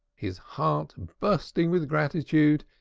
his heart bursting with gratitude,